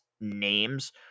names